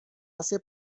hace